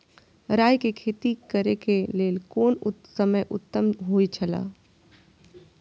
राय के खेती करे के लेल कोन समय उत्तम हुए छला?